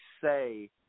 say